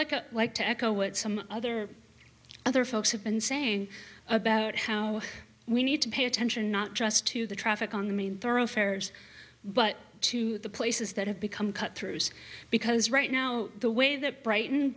like a like to echo what some other other folks have been saying about how we need to pay attention not just to the traffic on the main thoroughfares but to the places that have become cut through because right now the way that bright